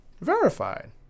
verified